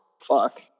Fuck